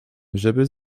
żeby